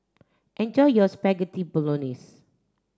enjoy your Spaghetti Bolognese